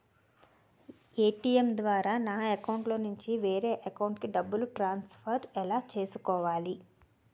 ATM ద్వారా నా అకౌంట్లోనుంచి వేరే అకౌంట్ కి డబ్బులు ట్రాన్సఫర్ ఎలా చేసుకోవాలి?